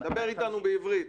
דבר איתנו בעברית.